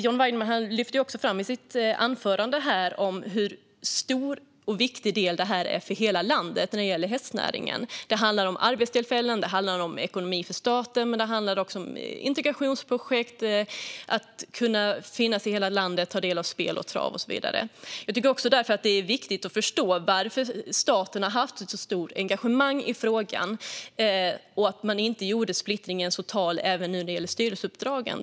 John Weinerhall lyfte i sitt anförande fram hur stor och viktig hästnäringen är för hela landet. Det handlar om arbetstillfällen. Det handlar om statens ekonomi. Men det handlar också om integrationsprojekt, om att detta ska kunna finnas i hela landet och om att man ska kunna ta del av spel och trav och så vidare. Jag tycker att det är viktigt att förstå varför staten har haft ett stort engagemang i frågan. Man gjorde inte en total splittring när det gäller styrelseuppdragen.